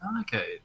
Okay